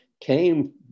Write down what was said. came